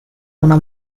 una